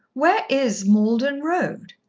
where is malden road?